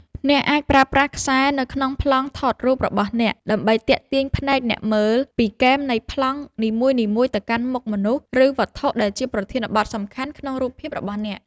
អ្នកអាចប្រើប្រាស់ខ្សែនៅក្នុងប្លង់ថតរូបរបស់អ្នក ដើម្បីទាក់ទាញភ្នែកអ្នកមើលពីគែមនៃប្លង់នីមួយៗទៅកាន់មុខមនុស្ស ឬវត្ថុដែលជាប្រធានបទសំខាន់ក្នុងរូបភាពរបស់អ្នក។